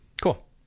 cool